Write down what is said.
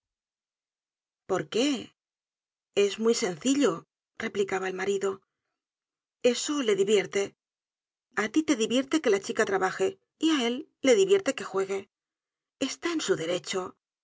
por qué es muy sencillo replicaba el marido eso le divierte a tí te divierte que la chica trabaje y á él le divierte que juegue está en su derecho